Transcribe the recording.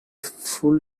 full